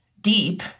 deep